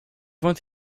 vingt